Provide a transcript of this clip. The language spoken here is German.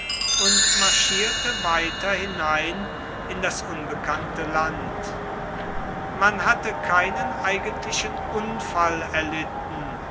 und marschierte weiter hinein in das unbekannte land man hatte keinen eigentlichen unfall erlitten